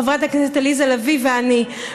חברת הכנסת עליזה לביא ואני,